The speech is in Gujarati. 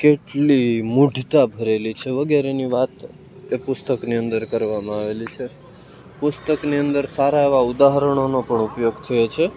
કેટલી મૂઢતા ભરેલી છે વગેરેની વાત એ પુસ્તકની અંદર કરવામાં આવેલી છે પુસ્તકની અંદર સારા એવાં ઉદાહરણોનો પણ ઉપયોગ થયો છે